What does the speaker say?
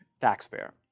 taxpayer